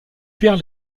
perd